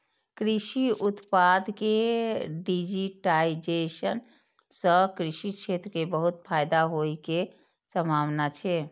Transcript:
कृषि उत्पाद के डिजिटाइजेशन सं कृषि क्षेत्र कें बहुत फायदा होइ के संभावना छै